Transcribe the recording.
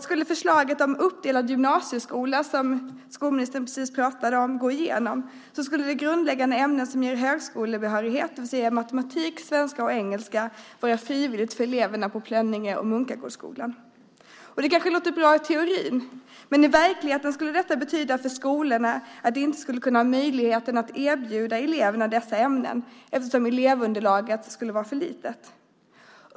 Skulle förslaget om uppdelad gymnasieskola, som skolministern precis pratade om, gå igenom skulle de grundläggande ämnen som ger högskolebehörighet, det vill säga matematik, svenska och engelska, vara frivilliga för eleverna på Plönningeskolan och Munkagårdsskolan. Det kanske låter bra i teorin, men i verkligheten skulle detta betyda för skolorna att de inte skulle kunna erbjuda eleverna dessa ämnen eftersom elevunderlaget skulle vara för litet.